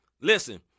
Listen